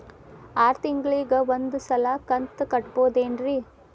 ಆರ ತಿಂಗಳಿಗ ಒಂದ್ ಸಲ ಕಂತ ಕಟ್ಟಬಹುದೇನ್ರಿ?